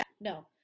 no